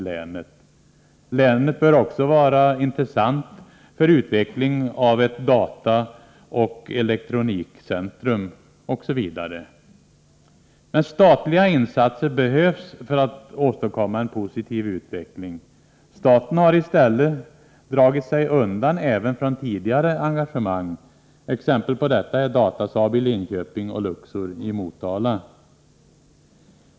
Länet bör också vara intressant för utveckling av ett dataoch elektronikcentrum osv. Statliga insatser behövs för att åstadkomma en positiv utveckling. Staten har i stället dragit sig undan även från tidigare engagemang. Exempel på detta är Datasaab i Linköping och Luxor i Motala.